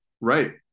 Right